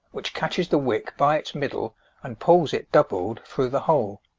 which catches the wick by its middle and pulls it doubled through the hole.